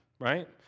right